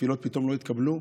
התפילות פתאום לא התקבלו,